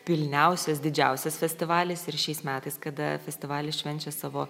pilniausias didžiausias festivalis ir šiais metais kada festivalis švenčia savo